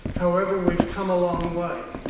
however we've come a long way,